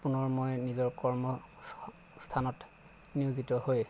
পুনৰ মই নিজৰ কৰ্মস্থানত নিয়োজিত হৈ